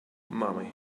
mommy